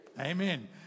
Amen